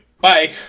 bye